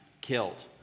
killed